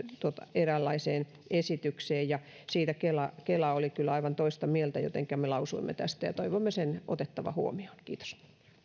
eräänlaiseen esitykseen siitä kela kela oli kyllä aivan toista mieltä jotenka me lausuimme tästä ja toivomme sen otettavan huomioon kiitos